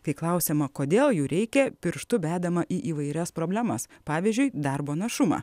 kai klausiama kodėl jų reikia pirštu bedama į įvairias problemas pavyzdžiui darbo našumą